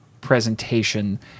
presentation